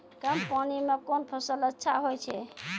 कम पानी म कोन फसल अच्छाहोय छै?